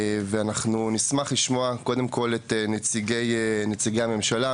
נשמח לשמוע את נציגי הממשלה,